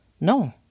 No